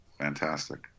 fantastic